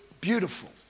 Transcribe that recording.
beautiful